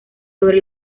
sobre